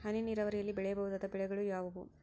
ಹನಿ ನೇರಾವರಿಯಲ್ಲಿ ಬೆಳೆಯಬಹುದಾದ ಬೆಳೆಗಳು ಯಾವುವು?